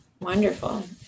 Wonderful